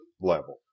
level